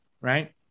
right